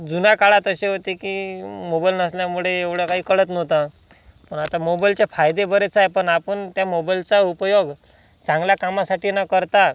जुन्या काळात असे होते की मोबाईल नसल्यामुळे एवढं काही कळत नव्हतं पण आता मोबाईलचे फायदे बरेच आहे पण आपण त्या मोबाईलचा उपयोग चांगल्या कामासाठी न करता